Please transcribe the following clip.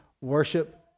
worship